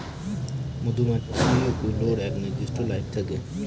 মধুমাছি গুলোর এক নির্দিষ্ট লাইফ থাকে